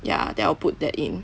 ya then I'll put that in